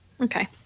okay